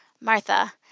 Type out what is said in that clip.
Martha